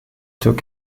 took